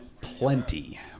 plenty